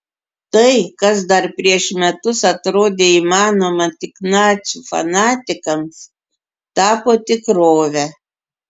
tai kas dar prieš metus atrodė įmanoma tik nacių fanatikams tapo tikrove